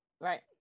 Right